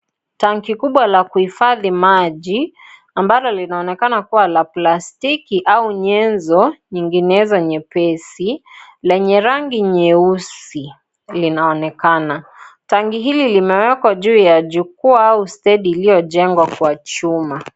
Tangi kubwa la kuhifadhi maji ambalo linaonekana kuwa la plastiki au nyenzo nyinginezo nyepesi lenye rangi nyeusi linaonekana. Tangi hili limewekwa juu ya jukuwa au stendi iliyojengwa kwa chuma.